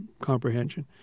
comprehension